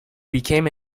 became